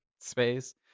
space